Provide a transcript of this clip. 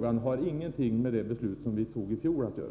den har ingenting med det beslut som vi fattade i fjol att göra.